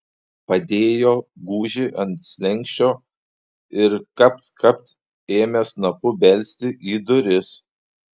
padėjo gūžį ant slenksčio ir kapt kapt ėmė snapu belsti į duris